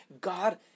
God